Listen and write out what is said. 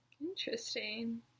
Interesting